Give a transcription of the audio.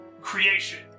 creation